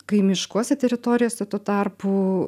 kaimiškose teritorijose tuo tarpu